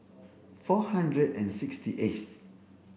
four hundred and sixty eighth